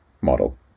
model